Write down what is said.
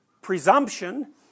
presumption